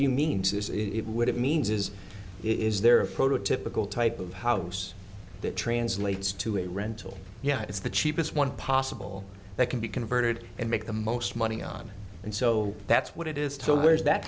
he means is it would it means is is there a prototypical type of house that translates to a rental yeah it's the cheapest one possible that can be converted and make the most money on it and so that's what it is to where is that